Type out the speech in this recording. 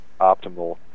optimal